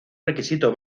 requisito